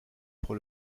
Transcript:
pour